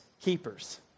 keepers